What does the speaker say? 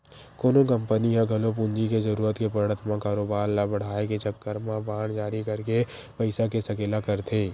कोनो कंपनी ह घलो पूंजी के जरुरत के पड़त म कारोबार ल बड़हाय के चक्कर म बांड जारी करके पइसा के सकेला करथे